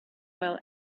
while